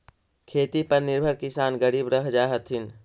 खेती पर निर्भर किसान गरीब रह जा हथिन